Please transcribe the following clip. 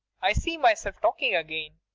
i see myself talking again.